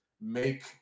make